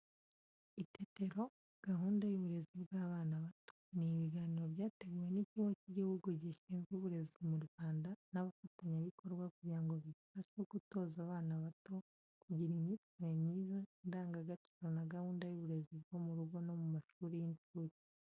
Itetero gahunda y’uburezi bw’abana bato, ni ibiganiro byateguwe n’ikigo cy’igihugu gishinzwe uburezi mu Rwanda n’abafatanyabikorwa kugira ngo bifashe mu gutoza abana bato, kugira imyitwarire myiza, indangagaciro na gahunda y’uburezi bwo mu rugo no mu mashuri y’incuke.